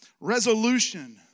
resolution